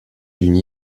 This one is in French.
d’une